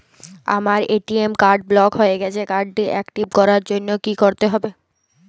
আমার ATM card block হয়ে গেছে কার্ড টি একটিভ করার জন্যে কি করতে হবে?